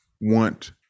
want